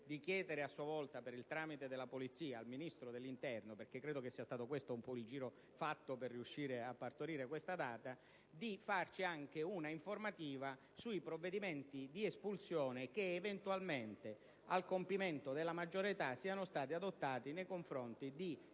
di chiedere a sua volta, per il tramite della polizia, al Ministro dell'interno - perché credo che questo sia stato il giro per riuscire a partorire quella data - di disporre anche una informativa sui provvedimenti di espulsione che eventualmente, al compimento della maggiore età, siano stati adottati nei confronti di